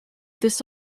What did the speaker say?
this